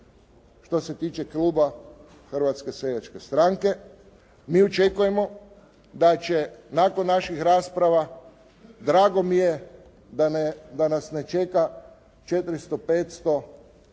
što se tiče kluba Hrvatske seljačke stranke. Mi očekujemo da će nakon naših rasprava, drago mi je da nas ne čeka 400, 500